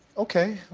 okay.